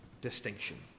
distinction